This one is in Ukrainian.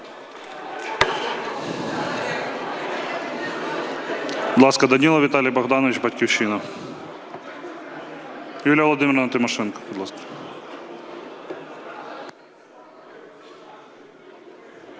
Данілов Віталій Богданович, "Батьківщина". Юлія Володимирівна Тимошенко, будь ласка.